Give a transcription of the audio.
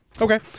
Okay